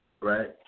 right